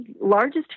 largest